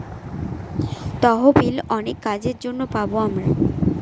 তহবিল অনেক কাজের জন্য পাবো আমরা